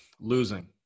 losing